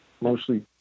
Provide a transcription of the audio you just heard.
mostly